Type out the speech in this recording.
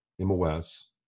MOS